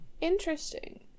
interesting